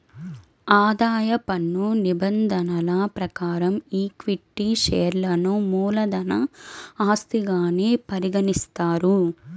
ఆదాయ పన్ను నిబంధనల ప్రకారం ఈక్విటీ షేర్లను మూలధన ఆస్తిగానే పరిగణిస్తారు